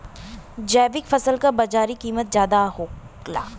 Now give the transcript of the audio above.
जैविक फसल क बाजारी कीमत ज्यादा होला